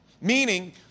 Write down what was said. Meaning